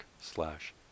slash